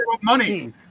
money